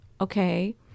okay